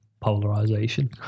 polarization